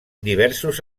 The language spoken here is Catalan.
diversos